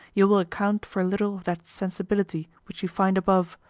you will account for a little of that sensibility which you find above,